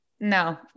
no